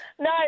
No